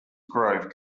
grove